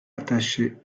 attaché